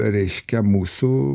reiškia mūsų